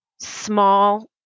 small